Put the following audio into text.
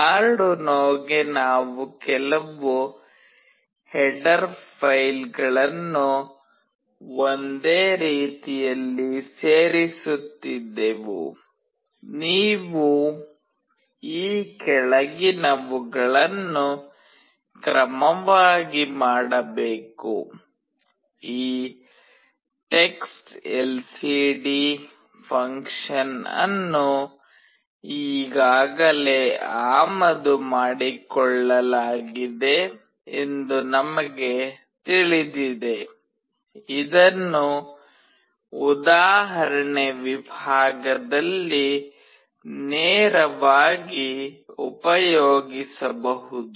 ಆರ್ಡುನೊಗೆ ನಾವು ಕೆಲವು ಹೆಡರ್ ಫೈಲ್ಗಳನ್ನು ಒಂದೇ ರೀತಿಯಲ್ಲಿ ಸೇರಿಸುತ್ತಿದ್ದೆವು ನೀವು ಈ ಕೆಳಗಿನವುಗಳನ್ನು ಕ್ರಮವಾಗಿ ಮಾಡಬೇಕು ಈ textLCD ಫುನ್ಕ್ಷನ್ ಅನ್ನು ಈಗಾಗಲೇ ಆಮದು ಮಾಡಿಕೊಳ್ಳಲಾಗಿದೆ ಎಂದು ನಮಗೆ ತಿಳಿದಿದೆ ಇದನ್ನು ಉದಾಹರಣೆ ವಿಭಾಗದಲ್ಲಿ ನೇರವಾಗಿ ಉಪಯೋಗಿಸಬಹುದು